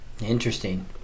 Interesting